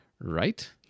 right